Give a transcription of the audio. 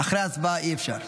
אחרי ההצבעה אי-אפשר.